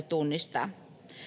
tunnistaa